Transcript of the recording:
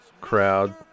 crowd